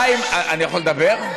אני יכול לדבר?